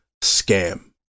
Scam